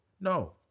No